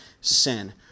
sin